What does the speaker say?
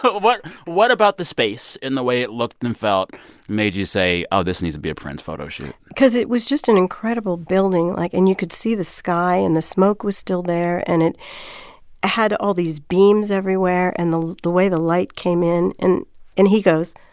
but what what about the space and the way it looked and felt made you say oh, this needs to be a prince photo shoot? because it was just an incredible building. like and you could see the sky, and the smoke was still there. and it had all these beams everywhere. and the the way the light came in in and he goes,